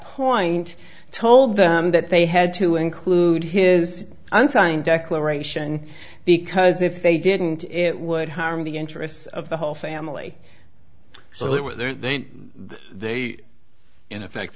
point told them that they had to include his unsigned declaration because if they didn't it would harm the interests of the whole family so it were they they in effect